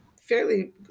fairly